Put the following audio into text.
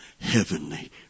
heavenly